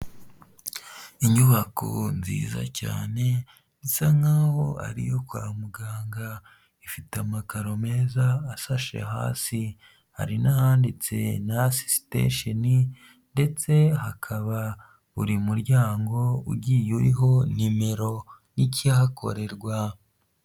Inyubako nziza cyane, zisa nk'aho ari iyo kwa muganga, ifite amakaro meza ashashe hasi, hari n'ahanditse nasi sitesheni ndetse hakaba buri muryango ugiye uriho nimero n'ikihakorerwa.